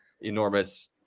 enormous